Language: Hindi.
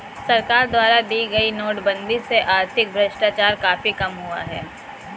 सरकार द्वारा की गई नोटबंदी से आर्थिक भ्रष्टाचार काफी कम हुआ है